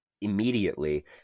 immediately